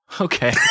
Okay